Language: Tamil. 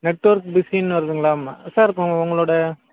நெட்வொர்க் பிஸின்னு வருதுங்களாம்மா சார் இப்போ உங்களோடய